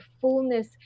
fullness